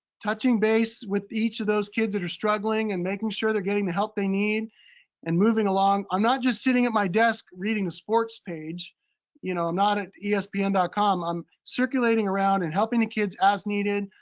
touching base with each of those kids that are struggling and making sure they're getting the help they need and moving along. i'm not just sitting at my desk, reading the sports page. you know, i'm not at yeah espn and com. i'm circulating around and helping the kids as needed,